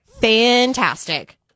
fantastic